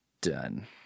Done